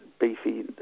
beefy